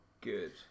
good